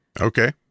Okay